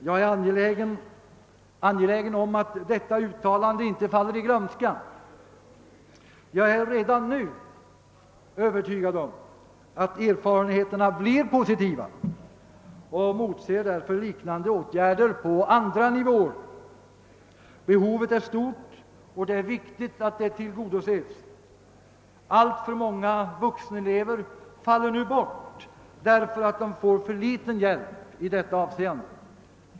Jag är angelägen om att detta uttalande inte faller i glömska. Jag är redan nu övertygad om att erfarenheterna blir positiva och motser därför liknande åtgärder på andra nivåer. Behovet är stort, och det är viktigt att det tillgodoses. Alltför många vuxenelever faller nu bort därför att de får alltför liten hjälp i det avseendet.